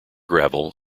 gravel